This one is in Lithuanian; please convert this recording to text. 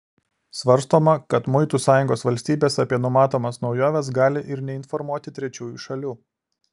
svarstoma kad muitų sąjungos valstybės apie numatomas naujoves gali ir neinformuoti trečiųjų šalių